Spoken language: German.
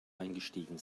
eingestiegen